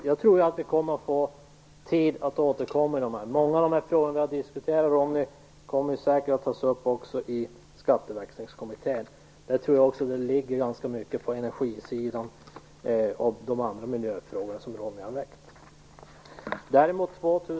Fru talman! Jag tror att vi får tid att återkomma till det här. Många av de frågor som vi har diskuterat kommer säkert också att tas upp i Skatteväxlingskommittén. Jag tror att det gäller ganska mycket av frågorna på energisidan och de andra miljöfrågorna som Ronny Korsberg har väckt.